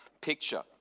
picture